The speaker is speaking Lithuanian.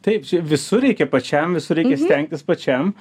taip čia visur reikia pačiam visur reikia stengtis pačiam